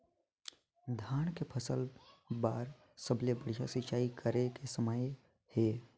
धान के फसल बार सबले बढ़िया सिंचाई करे के समय हे?